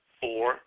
four